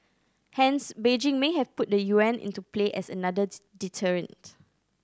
hence Beijing may have put the yuan into play as another deterrent